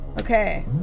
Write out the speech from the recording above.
Okay